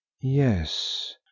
Yes